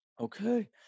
okay